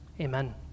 Amen